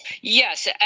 Yes